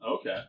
Okay